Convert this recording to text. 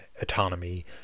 autonomy